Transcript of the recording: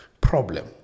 problem